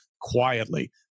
quietly